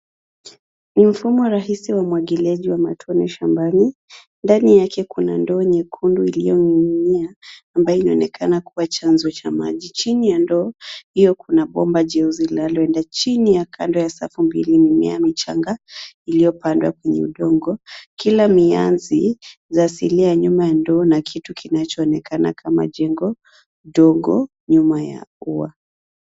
Mfumo rahisi wa umwagiliaji matone shambani. Ndani yake kuna ndoo nyekundu iliyoning'inia ambayo yanaonekana chanzo cha maji. Chini ya ndoo hio kuna bomba jeusi linaloenda chini na kando ya safu ya mimea michanga iliyopandwa kwenye udongo. Kila za asili ya nyuma ya ndoo na kitu kinachoonekana kama jengo ndogo nyuma ya ua.